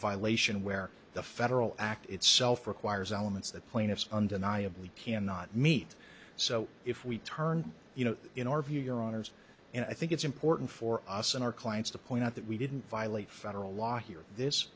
violation where the federal act itself requires elements that plaintiffs undeniably cannot meet so if we turn you know in our view your honour's and i think it's important for us in our clients to point out that we didn't violate federal law here this